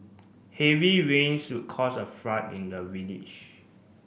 heavy rains caused a flood in the village